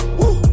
woo